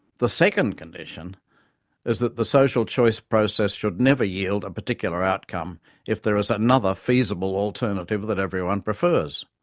the second condition is that the social choice process should never yield a particular outcome if there is another feasible alternative that everyone prefers.